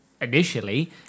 initially